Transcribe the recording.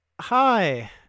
Hi